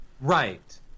Right